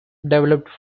developed